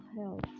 health